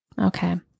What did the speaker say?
Okay